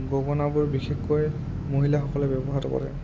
গগনাবোৰ বিশেষকৈ মহিলাসকলে ব্যৱহাৰ কৰে